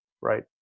Right